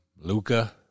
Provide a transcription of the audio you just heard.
Luca